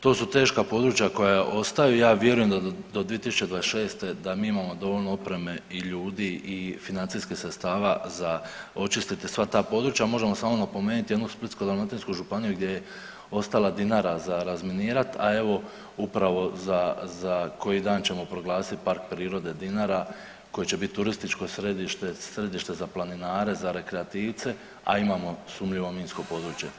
To su teška područja koja ostaju, ja vjerujem da do 2026. da mi imamo dovoljno opreme i ljudi i financijskih sredstava za očistiti sva ta područja, a možemo samo napomenuti jednu Splitsko-dalmatinsku županiju gdje je ostala Dinara za razminirat, a evo upravo za koji dan ćemo proglasit Park prirode Dinara koje će biti turističko središte, središte za planinare, za rekreativce, a imamo sumnjivo minsko područje.